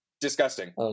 disgusting